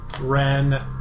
Ren